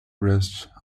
rest